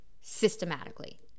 systematically